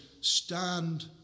stand